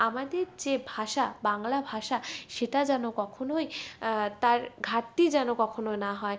আমাদের যে ভাষা বাংলা ভাষা সেটা যেন কখনোই তার ঘাটতি যেন কখনো না হয়